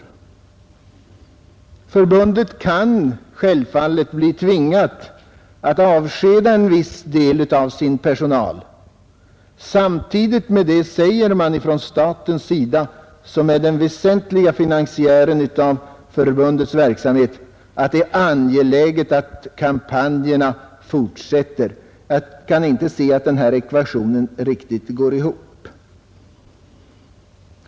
Förbundet kan självfallet bli tvingat att avskeda en viss del av sin personal. Men samtidigt sägs från statens sida — och staten är ändå den väsentliga finansiären av förbundets verksamhet — att det är angeläget att kampanjerna fortsätter. Jag kan inte se att den här ekvationen riktigt går ihop.